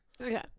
Okay